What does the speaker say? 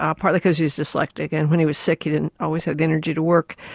um partly because he was dyslectic and when he was sick he didn't always have the energy to work.